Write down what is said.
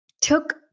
took